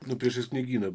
nu priešais knygyną